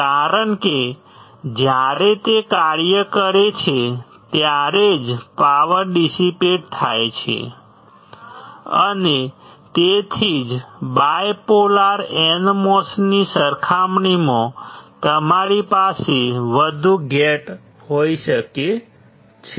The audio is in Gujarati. કારણ કે જ્યારે તે કાર્ય કરે છે ત્યારે જ પાવર ડિસિપેટ થાય છે અને તેથી જ બાયપોલર NMOS ની સરખામણીમાં તમારી પાસે વધુ ગેટ હોઈ શકે છે